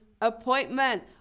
appointment